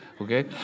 Okay